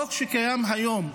בחוק שקיים היום,